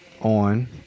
on